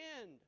end